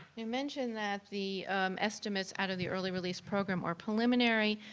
we mentioned that the estimates out of the early release program are preliminary,